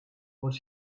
what